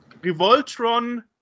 Revoltron